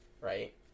Right